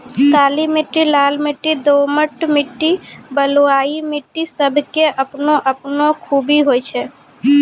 काली मिट्टी, लाल मिट्टी, दोमट मिट्टी, बलुआही मिट्टी सब के आपनो आपनो खूबी होय छै